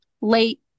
late